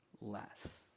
less